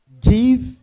give